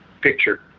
picture